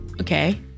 okay